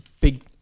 big